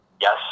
yes